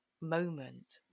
moment